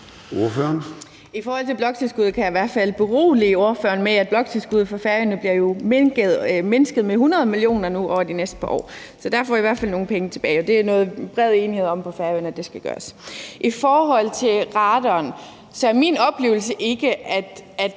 I forhold til bloktilskuddet kan jeg i hvert fald berolige spørgeren med, at bloktilskuddet til Færøerne nu bliver mindsket med 100 mio. kr. over de næste par år. Så der får I i hvert fald nogle penge tilbage, og det er noget, der er bred enighed om på Færøerne skal gøres. I forhold til radaren er min oplevelse ikke, at